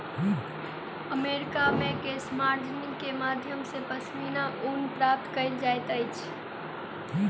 America मे केशमार्जनी के माध्यम सॅ पश्मीना ऊन प्राप्त कयल जाइत अछि